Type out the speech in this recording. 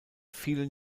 vielen